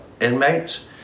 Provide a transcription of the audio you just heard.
inmates